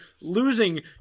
losing